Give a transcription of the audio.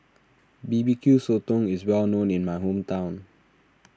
B B Q Sotong is well known in my hometown